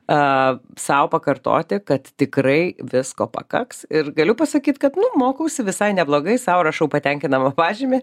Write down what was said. a sau pakartoti kad tikrai visko pakaks ir galiu pasakyt kad mokausi visai neblogai sau rašau patenkinamą pažymį